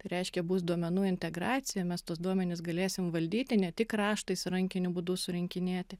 tai reiškia bus duomenų integracija mes tuos duomenis galėsim valdyti ne tik raštais ar rankiniu būdu surinkinėti